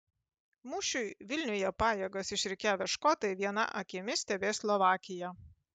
mūšiui vilniuje pajėgas išrikiavę škotai viena akimi stebės slovakiją